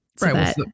Right